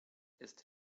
ist